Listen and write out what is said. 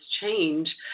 change